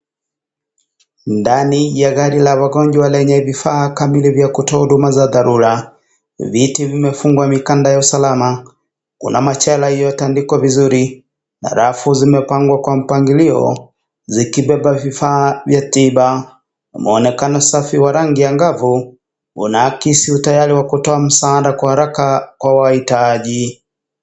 Ndani ya gari la wangonjwa lenye vifaa kamili vya kutoa huduma za dharura. Viti vimfungwa mikanda ya usalama. Kuna machela iliyotandikwa vizuri na rafu zimepangwa kwa mpangilio zikibeba vifaa vya tiba. Mwonekano safi wa rangi angavu unaakisi utayari wa kutoa msaada kwa haraka kwa wahitaji.